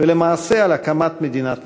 ולמעשה על הקמת מדינת ישראל.